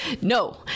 no